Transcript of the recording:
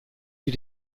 die